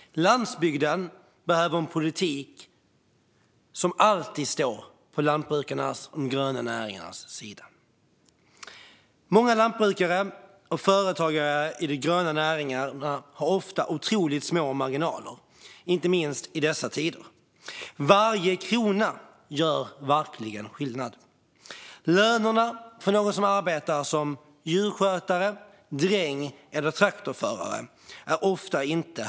Landsbygden behöver en politik som alltid står på lantbrukarnas och de gröna näringarnas sida. Många lantbrukare och företagare i de gröna näringarna har ofta otroligt små marginaler, inte minst i dessa tider. Varje krona gör verkligen skillnad. Lönerna för dem som arbetar som djurskötare, drängar eller traktorförare är ofta låga.